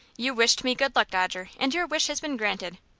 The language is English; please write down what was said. you wished me good luck, dodger, and your wish has been granted.